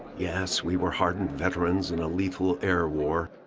yes, we were hardened veterans in a lethal air war,